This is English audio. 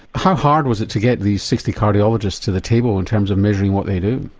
how hard was it to get these sixty cardiologists to the table in terms of measuring what they do?